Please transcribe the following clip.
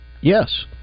Yes